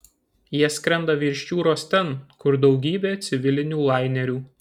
jie skrenda virš jūros ten kur daugybė civilinių lainerių